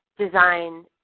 design